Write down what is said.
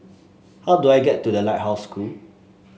how do I get to The Lighthouse School